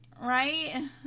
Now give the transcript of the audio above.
Right